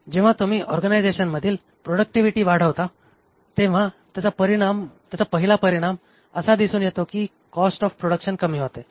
जेव्हा तुम्ही ऑर्गनायझेशनमधील प्रॉडक्टिव्हिटी वाढवता तेव्हा त्याचा पहिला परिणाम असा दिसून येतो की कॉस्ट ऑफ प्रोडक्शन कमी होते